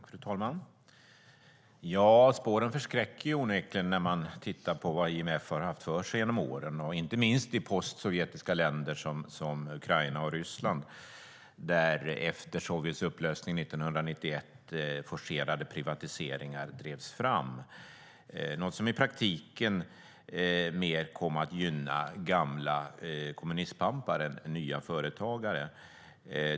Fru talman! Spåren förskräcker onekligen när man tittar på vad IMF har haft för sig genom åren, inte minst i post-sovjetiska länder som Ukraina och Ryssland, där efter Sovjets upplösning 1991 forcerade privatiseringar drevs fram. Det var något som i praktiken mer kom att gynna gamla kommunistpampar än nya företagare.